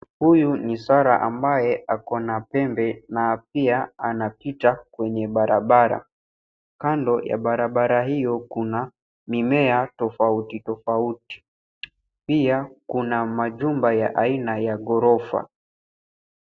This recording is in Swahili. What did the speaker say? Huyu ni swara ambaye ako na pembe na pia anapita kwenye barabara. Kando ya barabara hio kuna mimea tofauti tofauti. Pia kuna majumba aina ya ghorofa.